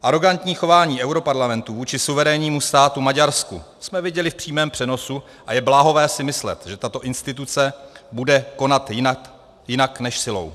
Arogantní chování europarlamentu vůči suverénnímu státu Maďarsku jsme viděli v přímém přenosu a je bláhové si myslet, že tato instituce bude konat jinak než silou.